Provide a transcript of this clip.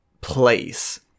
place